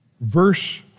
verse